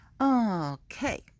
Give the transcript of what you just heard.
Okay